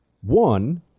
One